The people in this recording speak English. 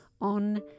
on